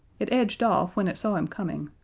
it edged off when it saw him coming,